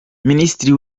minisitiri